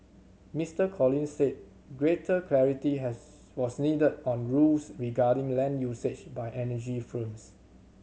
Mister Collins said greater clarity has was needed on rules regarding land usage by energy firms